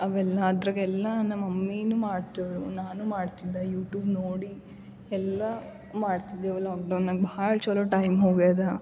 ಅವೆಲ್ಲ ಅದ್ರಗೆಲ್ಲ ನಮ್ಮ ಮಮ್ಮಿನು ಮಾಡ್ತೇಳು ನಾನು ಮಾಡ್ತಿದ್ದೆ ಯೂಟ್ಯೂಬ್ ನೋಡಿ ಎಲ್ಲ ಮಾಡ್ತಿದ್ದೇವು ಲಾಕ್ಡೌನ್ ನಂಗೆ ಭಾಳ ಚಲೋ ಟೈಮ್ ಹೋಗ್ಯಾದ